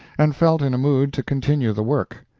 and felt in a mood to continue the work.